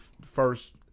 first